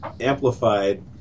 amplified